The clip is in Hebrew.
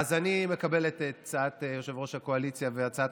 אז אני מקבל את הצעת יושב-ראש הקואליציה והצעת